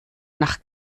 nach